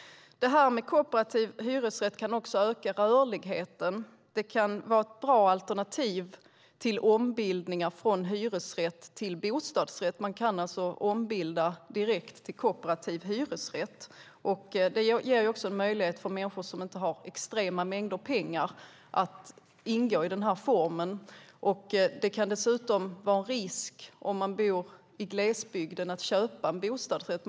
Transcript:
Kooperativ hyresrätt kan också öka rörligheten. Det kan vara ett bra alternativ till ombildningar från hyresrätt till bostadsrätt. Man kan alltså ombilda direkt till kooperativ hyresrätt. Det innebär också en möjlighet för människor som inte har extrema mängder pengar att ingå i den här formen. Om man bor i glesbygden kan det dessutom vara en risk att köpa en bostadsrätt.